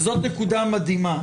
זאת נקודה מדהימה.